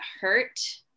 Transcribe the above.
hurt